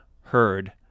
heard